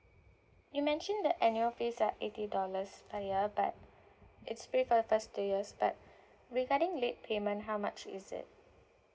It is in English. you mentioned that annual fees are eighty dollars per year but it's free for the first two years but regarding late payment how much is it